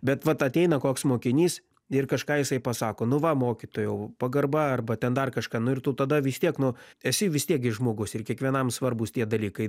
bet vat ateina koks mokinys ir kažką jisai pasako nu va mokytojau pagarba arba ten dar kažką nu ir tu tada vis tiek nu esi vis tiek gi žmogus ir kiekvienam svarbūs tie dalykai